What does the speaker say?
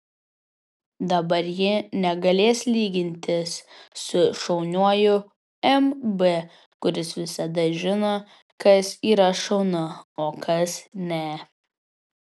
dabar ji negalės lygintis su šauniuoju mb kuris visada žino kas yra šaunu o kas ne